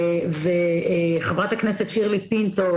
וחברת הכנסת שירלי פינטו,